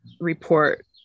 report